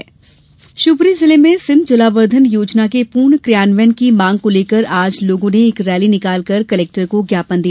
सिंध जलावर्धन योजना शिवपुरी शहर में सिंघ जलावर्धन योजना के पूर्ण क्रियान्वयन की मांग को लेकर आज लोगों ने एक रैली निकालकर कलेक्टर को ज्ञापन दिया